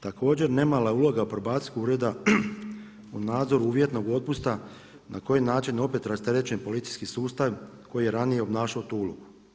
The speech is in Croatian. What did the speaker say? Također nemala uloga Probacijskog ureda u nadzoru uvjetnog otpusta na koji način je opet rasterećen policijski sustav koji je ranije obnašao tu ulogu.